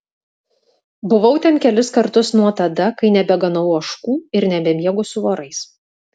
buvau ten kelis kartus nuo tada kai nebeganau ožkų ir nebemiegu su vorais